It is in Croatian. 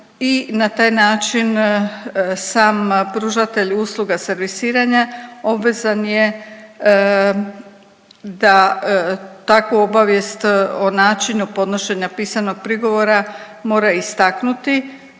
i na taj način sam pružatelj usluga servisiranja obvezan je da takvu obavijest o načinu podnošenja pisanog prigovora mora istaknuti